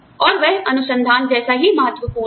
और वह अनुसंधान जैसा ही महत्वपूर्ण है